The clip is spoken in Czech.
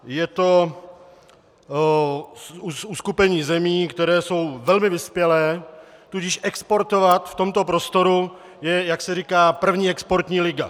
Je to uskupení zemí, které jsou velmi vyspělé, tudíž exportovat v tomto prostoru je, jak se říká, první exportní liga.